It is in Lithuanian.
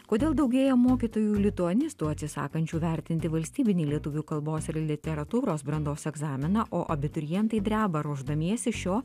kodėl daugėja mokytojų lituanistų atsisakančių vertinti valstybinį lietuvių kalbos ir literatūros brandos egzaminą o abiturientai dreba ruošdamiesi šio